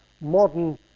modern